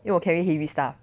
因为我 carry heavy stuff